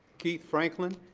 keith franklin.